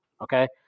Okay